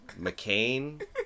McCain